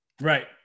Right